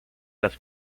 las